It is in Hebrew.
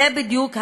זו בדיוק הכוונה: